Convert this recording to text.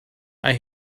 and